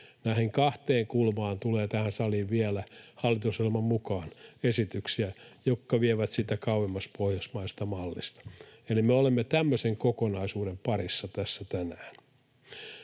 Näihin kahteen kulmaan tulee tähän saliin vielä hallitusohjelman mukaan esityksiä, jotka vievät sitä kauemmas pohjoismaisesta mallista. Eli me olemme tämmöisen kokonaisuuden parissa tässä tänään.